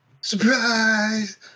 Surprise